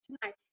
tonight